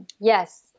Yes